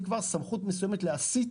כאמור, סמכות מסוימת להסיט